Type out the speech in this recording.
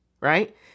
Right